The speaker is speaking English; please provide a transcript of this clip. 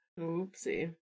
Oopsie